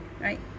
right